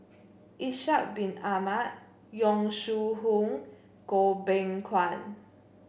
Ishak Bin Ahmad Yong Shu Hoong Goh Beng Kwan